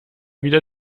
wieder